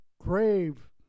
grave